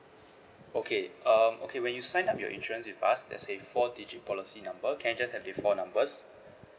okay um okay when you sign up your insurance with us there's a four digit policy number can I just have the four numbers